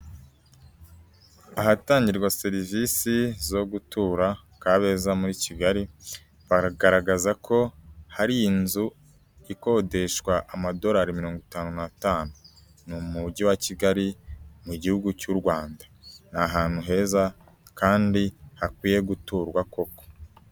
Ahatangirwa serivisi zo gutura, Kabeza muri Kigali, bagaragaza ko hari inzu ikodeshwa amadorari mirongo itanu n'atanu, mu mujyi wa Kigali mu gihugu cy'u Rwanda ni ahantu heza kandi hakwiye guturwa koko.